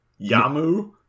Yamu